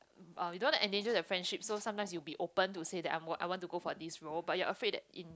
uh we don't want to endanger the friendship so sometimes you'll be open to say that I'm I want to go for this role but you're afraid that in